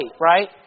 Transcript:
right